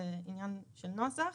זה עניין של נוסח.